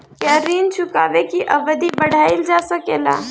क्या ऋण चुकाने की अवधि बढ़ाईल जा सकेला?